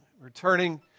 returning